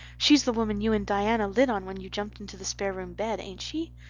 she's the woman you and diana lit on when you jumped into the spare room bed, ain't she?